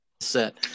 set